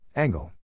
Angle